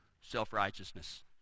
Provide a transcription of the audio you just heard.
self-righteousness